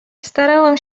starałem